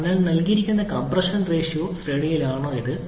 ഇതിനായി നൽകിയിരിക്കുന്ന compression ratio ശ്രേണിയിലാണോ ഇത്